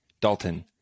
Dalton